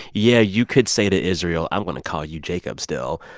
yeah, you could say to israel, i'm going to call you jacob still.